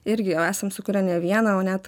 irgi jau esam sukurę ne vieną o net